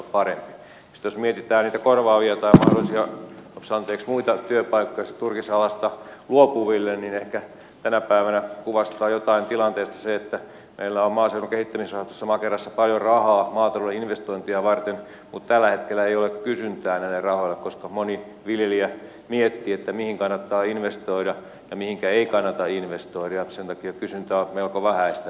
sitten jos mietitään niitä korvaavia tai mahdollisia muita työpaikkoja tästä turkisalasta luopuville niin ehkä tänä päivänä kuvastaa jotain tilanteesta se että meillä on maaseudun kehittämisrahastossa makerassa paljon rahaa maatalouden investointeja varten mutta tällä hetkellä ei ole kysyntää näille rahoille koska moni viljelijä miettii mihin kannattaa investoida ja mihinkä ei kannata investoida ja sen takia kysyntä on melko vähäistä